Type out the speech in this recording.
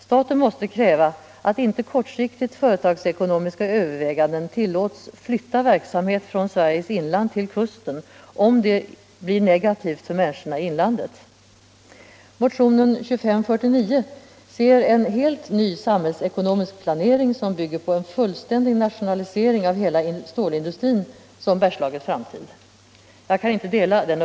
Staten måste kräva att inte kortsiktigt företagsekonomiska överväganden tillåts flytta verksamhet från Sveriges inland till kusten, om detta blir negativt för människorna i inlandet. Motion 2549 ser en helt ny samhällsekonomisk planering, som bygger på en fullständig nationalisering av hela stålindustrin, som Bergslagens framtid. Jag kan inte dela den meningen.